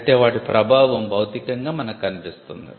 అయితే వాటి ప్రభావం భౌతికంగా మనకు కనిపిస్తుంది